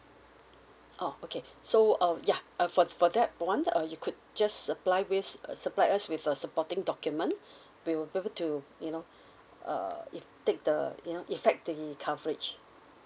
oh okay so um yeah uh for for that one uh you could just apply with uh supply us with a supporting document we will be able to you know uh if take the you know affect the coverage